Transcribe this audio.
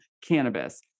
cannabis